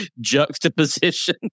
juxtaposition